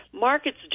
markets